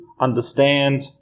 understand